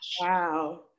wow